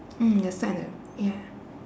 mm the side lah ya